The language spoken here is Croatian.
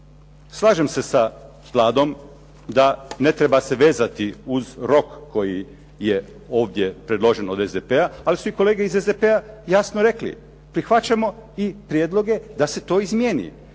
Slažem se sa Vladom da ne treba se vezati uz rok koji je ovdje predložen od SDP-a ali su i kolege iz SDP-a jasno rekli prihvaćamo i prijedloge da se to izmijeni.